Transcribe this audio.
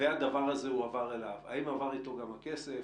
והדבר הזה הועבר אליו, האם עבר אתו גם הכסף?